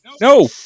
No